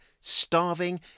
starving